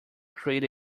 create